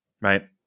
right